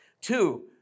Two